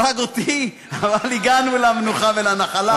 הרג אותי, אבל הגענו למנוחה ולנחלה.